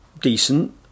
decent